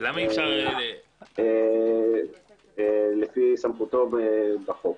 נציגות לפי סמכותו בחוק.